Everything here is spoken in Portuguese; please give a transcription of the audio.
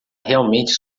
realmente